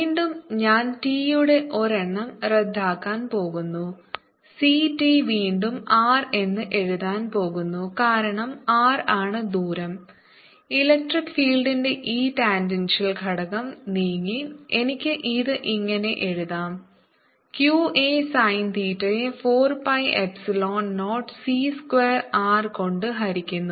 വീണ്ടും ഞാൻ t യുടെ ഒരെണ്ണം റദ്ദാക്കാൻ പോകുന്നു c t വീണ്ടും r എന്ന് എഴുതാൻ പോകുന്നു കാരണം r ആണ് ദൂരം ഇലക്ട്രിക് ഫീൽഡിന്റെ ഈ ടാൻജൻഷ്യൽ ഘടകം നീങ്ങി എനിക്ക് ഇത് ഇങ്ങനെ എഴുതാം q a സൈൻ തീറ്റയെ 4 pi epsilon 0 c square r കൊണ്ട് ഹരിക്കുന്നു